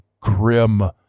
grim